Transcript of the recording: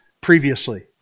previously